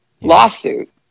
lawsuit